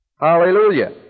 Hallelujah